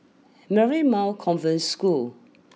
Marymount Convent School